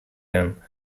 him